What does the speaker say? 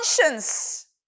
conscience